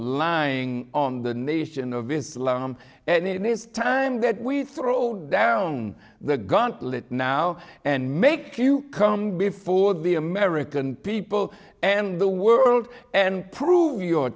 lying on the nation of islam and it is time that we throw down the gauntlet now and make you come before the american people and the world and prove your